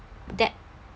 that